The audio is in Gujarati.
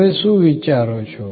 તમે શું વિચારો છો